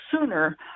sooner